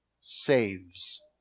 saves